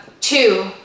Two